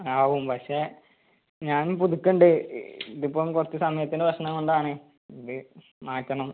ആവും പക്ഷേ ഞാൻ പുതുക്കണ്ടേ ഇതിപ്പം കുറച്ച് സമയത്തിൻറ്റെ പ്രശ്നം കൊണ്ടാണ് ഇത് മാറ്റണം